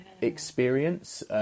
experience